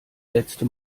letzte